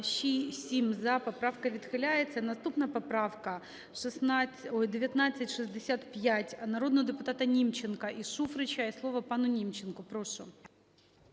За-7 Поправка відхиляється. Наступна поправка 1965 народного депутата Німченка і Шуфрича. І слово пану Німченку. Прошу.